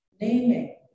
naming